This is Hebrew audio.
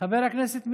חבר הכנסת מאיר.